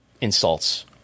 insults